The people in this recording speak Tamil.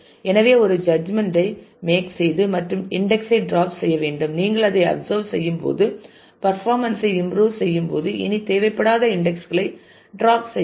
எனவே ஒரு ஜட்ஜ்மென்ட் ஐ மேக் செய்து மற்றும் இன்டெக்ஸ் ஐ ட்ராப் செய்ய வேண்டும் நீங்கள் அதைக் அப்சர்வ் செய்யும்போது பர்ஃபாமென்ஸ் ஐ இம்ப்ரூவ் செய்யும்போது இனி தேவைப்படாத இன்டெக்ஸ் களை ட்ராப் செய்யலாம்